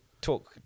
talk